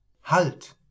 Halt